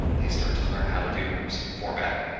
they start to learn how to do some formatting,